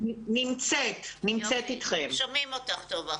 ננסה לחזור אליך עוד מעט.